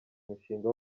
mushinga